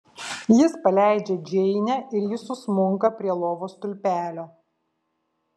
jis paleidžia džeinę ir ji susmunka prie lovos stulpelio